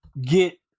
get